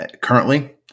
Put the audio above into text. currently